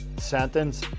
sentence